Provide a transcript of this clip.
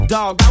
Dog